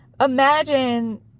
imagine